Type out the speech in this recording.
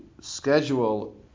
schedule